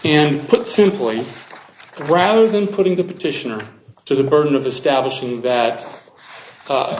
and put simply rather than putting the petitioner to the burden of establishing that